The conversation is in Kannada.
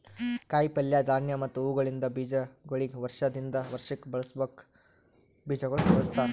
ಕಾಯಿ ಪಲ್ಯ, ಧಾನ್ಯ ಮತ್ತ ಹೂವುಗೊಳಿಂದ್ ಬೀಜಗೊಳಿಗ್ ವರ್ಷ ದಿಂದ್ ವರ್ಷಕ್ ಬಳಸುಕ್ ಬೀಜಗೊಳ್ ಉಳುಸ್ತಾರ್